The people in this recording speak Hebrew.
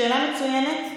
שאלה מצוינת.